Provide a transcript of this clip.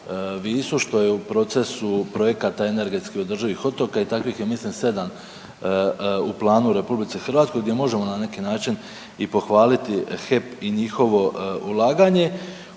što je u procesu projekata energetski održivih otoka i takvih je mislim 7 u planu u RH gdje možemo na neki način i pohvaliti HEP i njihovo ulaganje